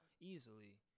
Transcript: easily